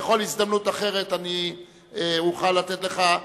בכל הזדמנות אחרת אני אוכל לתת לך,